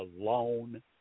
alone